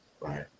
Right